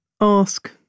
ask